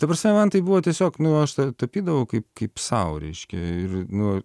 ta prasme man tai buvo tiesiog nu aš tapydavau kaip kaip sau reiškia ir nu